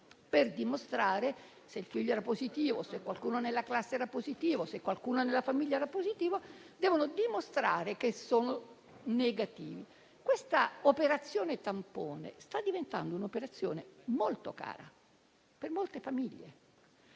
serie di tamponi se il figlio è positivo, se qualcuno nella classe era positivo, se qualcuno della famiglia era positivo per dimostrare che sono negativi. L'operazione tampone sta diventando molto cara per le famiglie,